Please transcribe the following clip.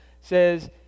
says